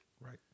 Right